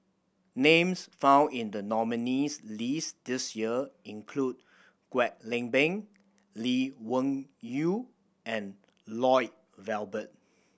names found in the nominees' list this year include Kwek Leng Beng Lee Wung Yew and Lloyd Valberg